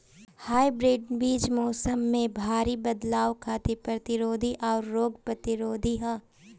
hybrid बीज मौसम में भारी बदलाव खातिर प्रतिरोधी आउर रोग प्रतिरोधी ह